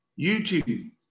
YouTube